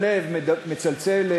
אף שצריך